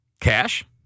Cash